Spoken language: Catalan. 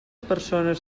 persones